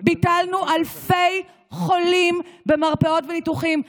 ביטלנו אלפי חולים במרפאות וניתוחים".